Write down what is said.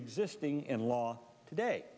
existing in law today